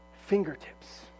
fingertips